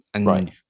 right